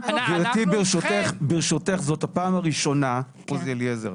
גברתי ברשותך, זאת הפעם הראשונה, שמי אליעזר.